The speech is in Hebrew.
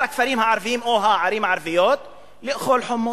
הכפרים הערביים או הערים הערביות לאכול חומוס,